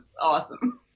awesome